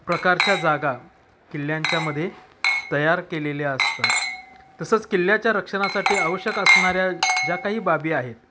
प्रकारच्या जागा किल्ल्यांच्यामफरासखाना तयार केलेल्या असतात तसंच किल्ल्याच्या रक्षणासाठी आवश्यक असणाऱ्या ज्या काही बाबी आहेत